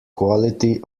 quality